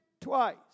twice